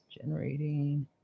generating